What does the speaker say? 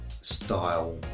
style